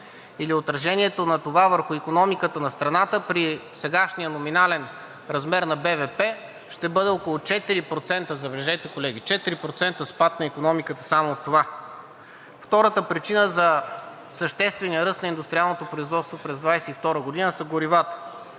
или отражението на това върху икономиката на страната при сегашния номинален размер на БВП ще бъде около 4%, забележете, колеги, 4% спад на икономиката само от това. Втората причина за съществения ръст на индустриалното производство през 2022 г. са горивата.